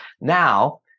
Now